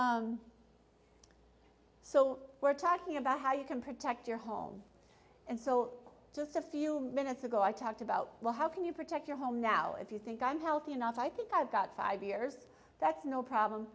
so we're talking about how you can protect your home and so just a few minutes ago i talked about well how can you protect your home now if you think i'm healthy enough i think i've got five years that's no problem